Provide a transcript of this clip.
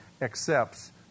accepts